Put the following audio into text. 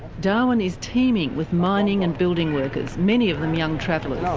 darwin is teeming with mining and building workers, many of them young travellers.